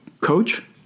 coach